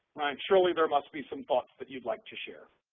surely there must be some thoughts that you'd like to share,